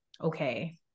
okay